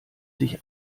sich